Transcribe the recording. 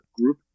group